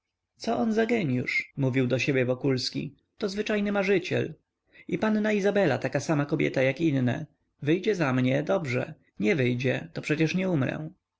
co on za gieniusz mówił do siebie wokulski to zwyczajny marzyciel i panna izabela taka sama kobieta jak inne wyjdzie za mnie dobrze nie wyjdzie to przecież nie